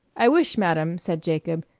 i wish, madam, said jacob,